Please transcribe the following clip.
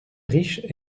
riche